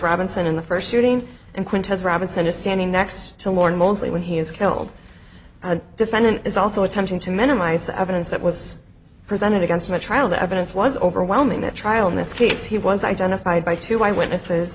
robinson in the first shooting and quintets robinson is standing next to lauren mostly when he is killed the defendant is also attempting to minimize the evidence that was presented against him a trial the evidence was overwhelming that trial in this case he was identified by two eyewitness